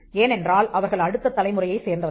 ஏனென்றால் அவர்கள் அடுத்த தலைமுறையைச் சேர்ந்தவர்கள்